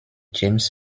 james